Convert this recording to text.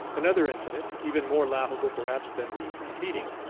another incident, even more laughable perhaps than the preceding,